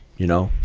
you know,